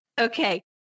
Okay